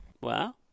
wow